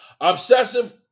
Obsessive